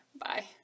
bye